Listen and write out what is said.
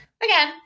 Again